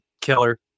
Killer